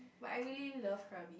but I really love Krabi